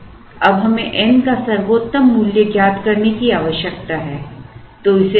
अब हमें n का सर्वोत्तम मूल्य ज्ञात करने की आवश्यकता है